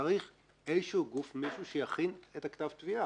צריך איזשהו גוף, מישהו שיכין את כתב התביעה.